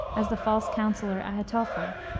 as the false counselor, ahitophel,